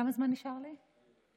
כמה זמן נשאר לי?